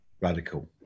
radical